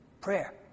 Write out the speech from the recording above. Prayer